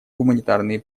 гуманитарные